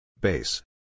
Base